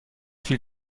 viel